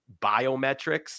biometrics